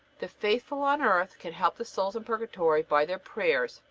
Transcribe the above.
the faithful on earth can help the souls in purgatory by their prayers,